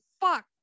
fuck